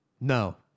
No